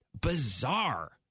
Bizarre